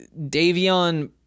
davion